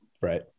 Right